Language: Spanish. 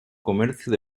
comercio